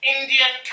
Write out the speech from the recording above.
Indian